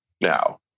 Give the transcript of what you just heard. now